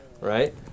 Right